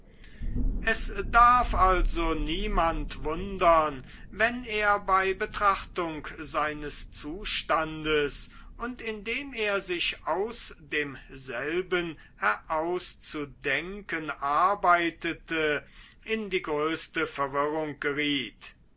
es darf also niemand wundern wenn er bei betrachtung seines zustandes und indem er sich aus demselben herauszudenken arbeitete in die größte verwirrung geriet